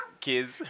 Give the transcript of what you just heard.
kids